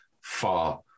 Far